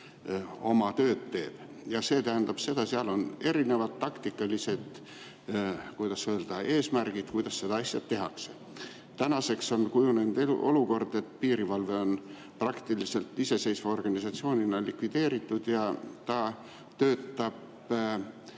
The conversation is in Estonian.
oma tööd teeb. Ja see tähendab seda, et seal on erinevad taktikalised, kuidas öelda, eesmärgid, kuidas seda asja tehakse. Tänaseks on kujunenud olukord, et piirivalve on praktiliselt iseseisva organisatsioonina likvideeritud ja ta töötab